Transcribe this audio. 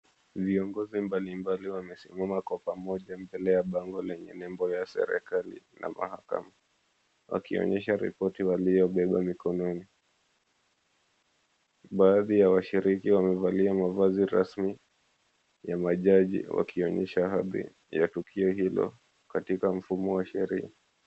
Viongozi mbalimbali wamesimama kwa pamoja mbele ya bango lenye nembo ya serikali na mahakama. Wakionyesha ripoti waliobeba mikononi. Baadhi ya washiriki wamevalia mavazi rasmi ya majaji wakionyesha hadhi ya tukio hilo katika mfumo wa sheria.